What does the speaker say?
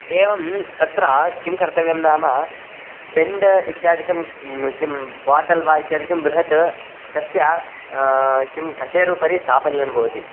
एवं तत्र किं कर्तव्यं नाम बेण्ड् इत्यादिकं किं बाटल् वा इत्यादिकं बृहत् तस्य किं कशेरोः उपरि स्थापनीयं भवति